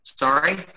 Sorry